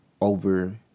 over